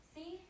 See